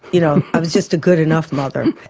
you know i was just a good enough mother.